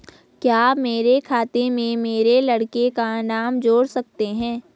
क्या मेरे खाते में मेरे लड़के का नाम जोड़ सकते हैं?